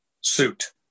suit